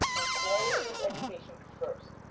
and quality of education first,